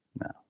no